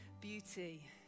beauty